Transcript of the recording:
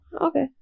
okay